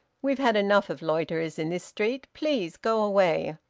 we've had enough of loiterers in this street. please go away.